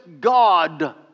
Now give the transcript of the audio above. God